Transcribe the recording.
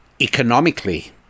economically